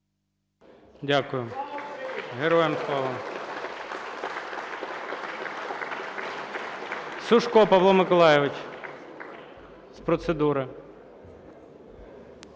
Дякую. Героям Слава! Сушко Павло Миколайович – з процедури.